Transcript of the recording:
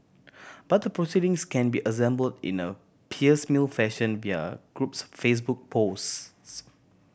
but the proceedings can be assemble in a piecemeal fashion via group's Facebook posts